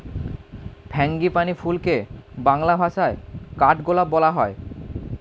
frangipani ফুলকে বাংলা ভাষায় কাঠগোলাপ বলা হয়